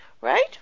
right